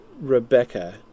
Rebecca